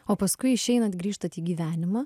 o paskui išeinant grįžtat į gyvenimą